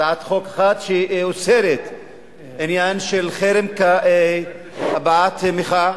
הצעת חוק אחת שאוסרת עניין של חרם כהבעת מחאה.